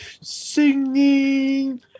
singing